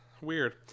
Weird